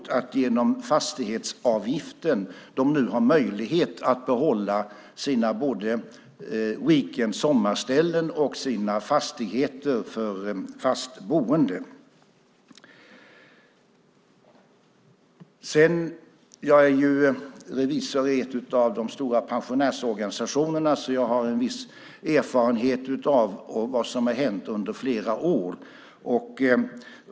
Genom fastighetsavgiften har de nu möjlighet att behålla sina sommarställen och sina fastigheter för fast boende. Jag är revisor i en av de stora pensionärsorganisationerna, och jag har en viss erfarenhet av vad som har hänt under flera år.